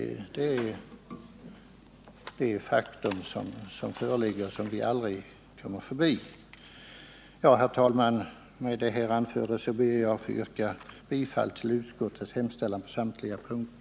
Det är ett faktum som vi aldrig kommer förbi. Herr talman! Med det anförda ber jag att få yrka bifall till utskottets hemställan på samtliga punkter.